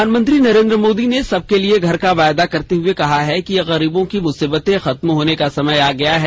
प्रधानमंत्री नरेन्द्र मोदी ने सबके लिए घर का वायदा करते हुए कहा है कि गरीबों की मुसीबतें खत्म होने का समय आ गया है